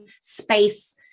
space